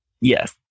Yes